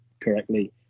correctly